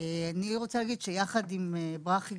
אני רוצה להגיד שיחד עם ברכי,